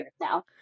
now